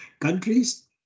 countries